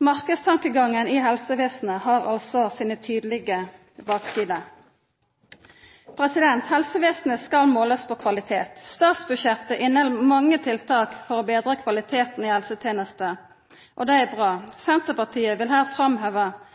Marknadstankegangen i helsevesenet har altså sine tydelege baksider. Helsevesenet skal målast på kvalitet. Statsbudsjettet inneheld mange tiltak for å betra kvaliteten i helsetenesta. Det er bra. Senterpartiet vil her framheva